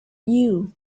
you